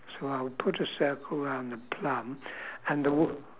so I'll put a circle around the plum and the w~